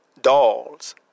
dolls